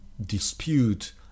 dispute